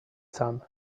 sun